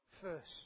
first